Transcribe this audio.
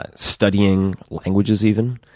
ah studying languages even,